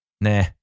nah